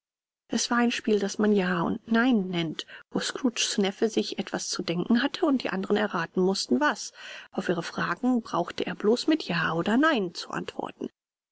es war ein spiel was man ja und nein nennt wo scrooges neffe sich etwas zu denken hatte und die anderen erraten mußten was auf ihre fragen brauchte er bloß mit ja oder nein zu antworten